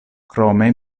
krome